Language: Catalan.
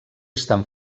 estan